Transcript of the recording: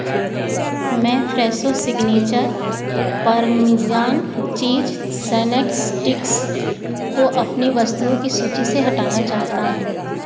मैं Fresho signature parmesan cheese snacks sticks को अपनी वस्तुओं की सूची से हटाना चाहता हूँ